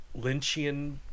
Lynchian